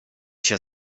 się